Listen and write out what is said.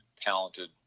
talented